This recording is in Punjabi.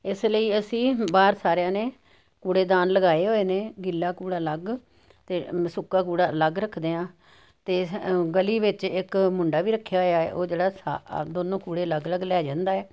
ਇਸ ਲਈ ਅਸੀਂ ਬਾਹਰ ਸਾਰਿਆਂ ਨੇ ਕੂੜੇਦਾਨ ਲਗਾਏ ਹੋਏ ਨੇ ਗਿੱਲਾ ਕੂੜਾ ਅਲੱਗ ਅਤੇ ਸੁੱਕਾ ਕੂੜਾ ਅਲੱਗ ਰੱਖਦੇ ਹਾਂ ਅਤੇ ਗਲੀ ਵਿੱਚ ਇੱਕ ਮੁੰਡਾ ਵੀ ਰੱਖਿਆ ਹੋਇਆ ਹੈ ਉਹ ਜਿਹੜਾ ਸ ਦੋਨੋਂ ਕੂੜੇ ਅਲੱਗ ਅਲੱਗ ਲੈ ਜਾਂਦਾ ਹੈ